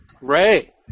Ray